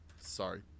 Sorry